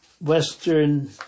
Western